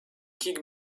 kick